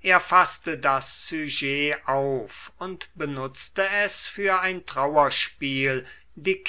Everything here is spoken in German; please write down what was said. er faßte das sujet auf und benutzte es für ein trauerspiel die